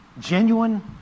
genuine